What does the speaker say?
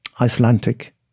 Icelandic